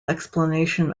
explanation